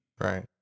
right